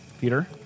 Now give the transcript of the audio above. Peter